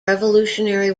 revolutionary